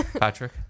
Patrick